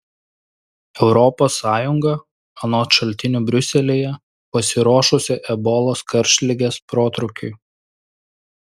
europos sąjunga anot šaltinių briuselyje pasiruošusi ebolos karštligės protrūkiui